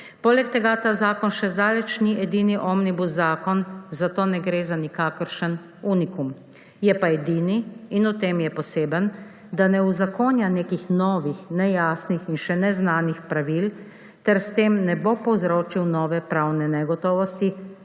Poleg tega ta zakon še zdaleč ni edini omnibus zakon, zato ne gre za nikakršen unikum, je pa edini in v tem je poseben, da ne uzakonja nekih novih, nejasnih in še neznanih pravil, ker s tem ne bo povzročil nove pravne negotovosti,